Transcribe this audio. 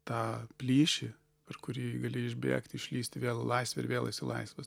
tą plyšį per kurį gali išbėgti išlįsti vėl į laisvę ir vėl esi laisvas